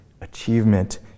achievement